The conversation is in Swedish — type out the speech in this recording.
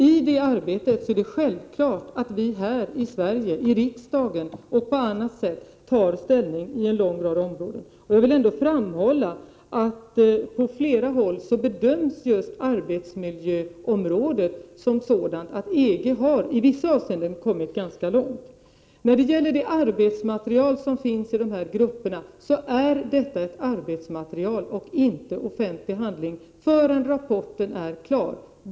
I det arbetet är det självklart att vi här i Sverige, i riksdagen och på annat håll, tar ställning på en lång rad områden. Jag vill ändå framhålla att många bedömer att EG i vissa avseenden har kommit ganska långt på arbetsmiljöområdet. Det arbetsmaterial som finns i olika grupper är just ett arbetsmaterial och är inte offentlig handling förrän rapporten är klar.